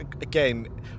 Again